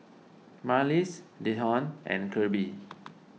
Marlys Dejon and Kirby